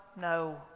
No